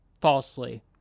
falsely